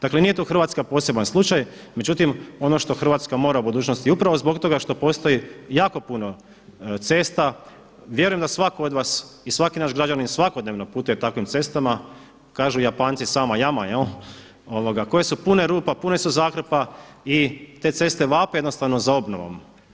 Dakle nije tu Hrvatska poseban slučaj, međutim ono što Hrvatska mora u budućnosti i upravo zbog toga što postoji jako puno cesta, vjerujem da svatko od vas i svaki naš građanin svakodnevno putuje takvim cestama, kažu Japanci sama jama koje su pune rupa, pune su zakrpa i te ceste vape jednostavno za obnovom.